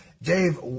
Dave